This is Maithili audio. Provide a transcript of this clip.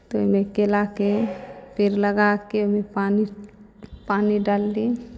तऽ ओहिमे केलाके पेड़ लगा कऽ ओहिमे पानि पानि डालली